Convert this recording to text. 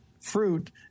fruit